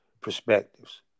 perspectives